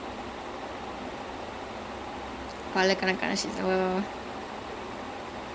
அது பழகரக்கானா:athu pazhakarakaanaa seasons I don't I don't I don't remem~ ya way too many